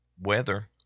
weather